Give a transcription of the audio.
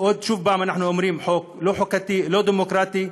שוב אנחנו אומרים, לא חוקתי, לא דמוקרטי.